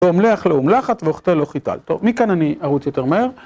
והמלח לא הומלחת והחתל לא חותלת, טוב מכאן אני ארוץ יותר מהר